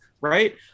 right